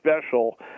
special